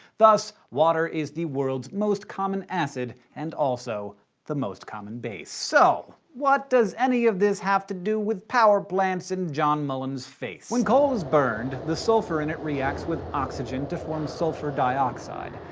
thus water is the world's most common acid and also the most common base. so, what does any of this have to do with power plants and john mullen's face? when coal is burned the sulfur in it reacts with oxygen to form sulfur dioxide.